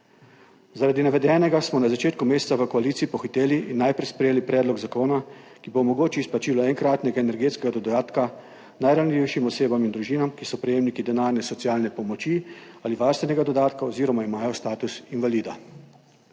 Zaradi navedenega smo na začetku meseca v koaliciji pohiteli in najprej sprejeli predlog zakona, ki bo omogočil izplačilo enkratnega energetskega dodatka najranljivejšim osebam in družinam, ki so prejemniki denarne socialne pomoči ali varstvenega dodatka oziroma imajo status invalida.